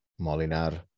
Molinar